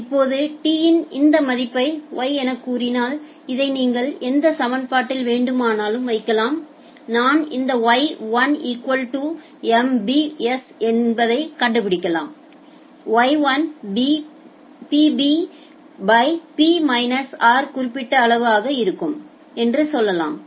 இப்போது t இன் இந்த மதிப்பை Y எனக் கூறினால் இதை நீங்கள் எந்த சமன்பாட்டில் வேண்டுமானாலும் வைக்கலாம் நான் இந்த Y1 இகுவல் டு MBS என்பதை கண்டுபிடிக்கலாம் Y1 Pb பய் P மைனஸ் r குறிப்பிட்ட அளவு ஆக இருக்கும் என்று சொல்லலாம்